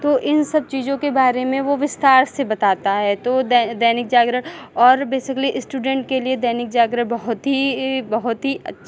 तो इन सब चीज़ों के बारे में वो विस्तार से बताता है तो दै दैनिक जागरण और बेसिकली इस्टूडेंट के लिए दैनिक जागरण बहुत ही बहुत ही अच्